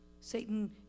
Satan